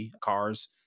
cars